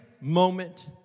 moment